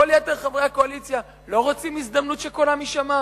כל יתר חברי הקואליציה לא רוצים הזדמנות שקולם יישמע?